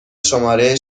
شماره